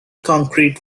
concrete